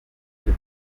icyo